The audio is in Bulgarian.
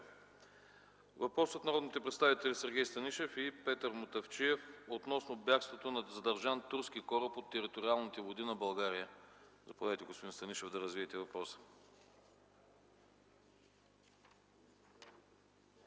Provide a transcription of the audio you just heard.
Въпрос от народните представители Сергей Станишев и Петър Мутафчиев относно бягството на задържан турски кораб от териториалните води на България. Заповядайте, господин Станишев, да развиете въпроса.